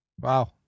Wow